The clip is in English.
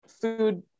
food